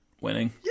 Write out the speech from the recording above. Winning